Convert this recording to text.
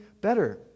better